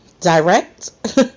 direct